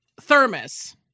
thermos